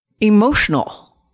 emotional